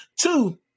Two